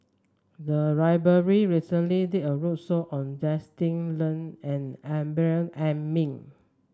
the library recently did a roadshow on Justin Lean and Amrin Amin